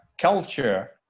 culture